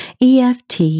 EFT